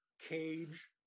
cage